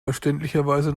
verständlicherweise